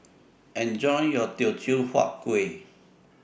Enjoy your Teochew Huat Kueh